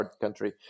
country